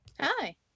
Hi